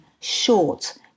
short